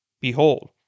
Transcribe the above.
Behold